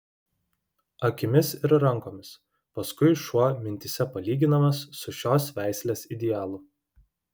akimis ir rankomis paskui šuo mintyse palyginamas su šios veislės idealu